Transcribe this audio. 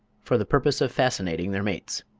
for the purpose of fascinating their mates.